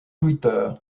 twitter